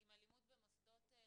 עם אלימות במוסדות החינוך.